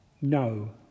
No